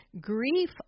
Grief